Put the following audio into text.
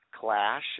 clash